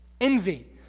envy